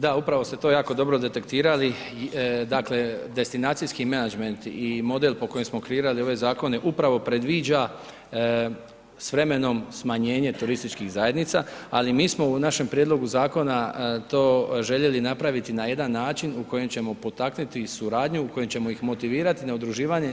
Da, upravo ste to jako dobro detektirali, dakle, destinacijski menadžment i model po kojem smo kreirali ovaj zakone upravo predviđa s vremenom smanjenje turističkih zajednica, ali mi smo u nađem prijedlogu zakona to željeli napraviti na jedan način u kojem ćemo potaknuti suradnju, u kojem ćemo ih motivirati na udruživanje.